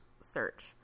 search